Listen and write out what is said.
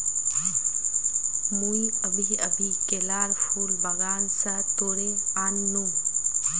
मुई अभी अभी केलार फूल बागान स तोड़े आन नु